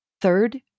Third